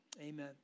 amen